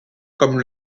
comme